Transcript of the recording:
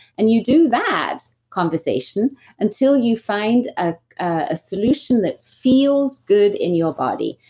and you do that conversation until you find a ah solution that feels good in your body.